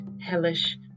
hellish